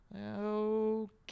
okay